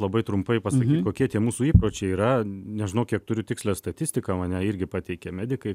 labai trumpai pasakyk kokie tie mūsų įpročiai yra nežinau kiek turiu tikslią statistiką man ją irgi pateikė medikai